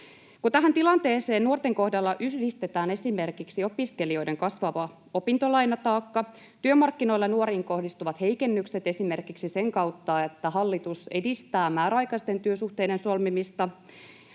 Kun tähän tilanteeseen nuorten kohdalla yhdistetään esimerkiksi opiskelijoiden kasvava opintolainataakka, työmarkkinoilla nuoriin kohdistuvat heikennykset esimerkiksi sen kautta, että hallitus edistää määräaikaisten työsuhteiden solmimista,